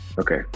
okay